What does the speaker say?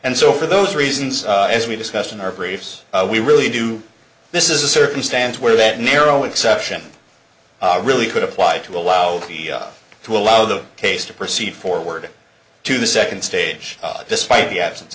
and so for those reasons as we discussed in our previous we really do this is a circumstance where that narrow exception really could apply to allowed to allow the case to proceed forward to the second stage despite the absence